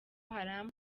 haram